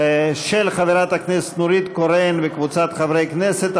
של חברת הכנסת נורית קורן וקבוצת חברי הכנסת.